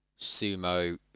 sumo